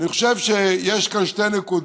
אני חושב שיש כאן שתי נקודות: